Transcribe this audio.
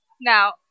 Now